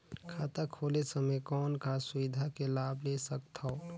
खाता खोले समय कौन का सुविधा के लाभ ले सकथव?